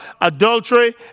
adultery